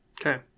Okay